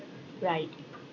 right